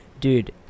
Dude